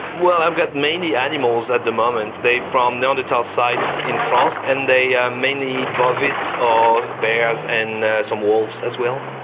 well, i've got mainly animals at the moment. they're from neanderthal sites in france and they are mainly bovids or bears and some wolves as well.